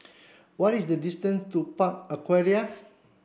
what is the distance to Park Aquaria